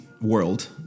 World